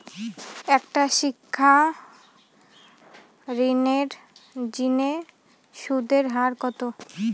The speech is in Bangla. একটা শিক্ষা ঋণের জিনে সুদের হার কত?